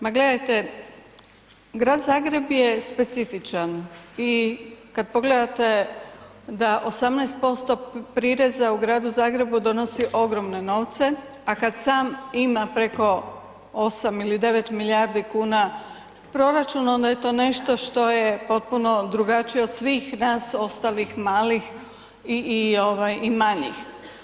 Ma gledajte, Grad Zagreb je specifičan i kad pogledate da 18% prireza u Gradu Zagrebu donosi ogromne novce, a kad sam ima preko 8 ili 9 milijardi kuna proračuna onda je to nešto što je potpuno drugačije od svih nas ostalih malih i, i ovaj i manjih.